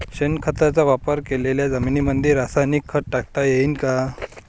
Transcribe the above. शेणखताचा वापर केलेल्या जमीनीमंदी रासायनिक खत टाकता येईन का?